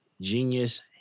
Genius